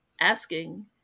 asking